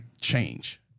change